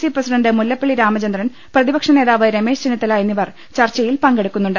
C president Mullappally Ramachandran പ്രതിപക്ഷ നേതാവ് Ramesh Chennithala എന്നിവർ ചർച്ചയിൽ പങ്കെടുക്കുന്നുണ്ട്